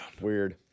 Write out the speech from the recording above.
Weird